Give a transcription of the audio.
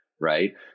right